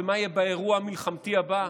ומה יהיה באירוע המלחמתי הבא?